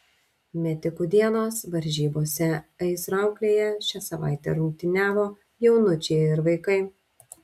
metikų dienos varžybose aizkrauklėje šią savaitę rungtyniavo jaunučiai ir vaikai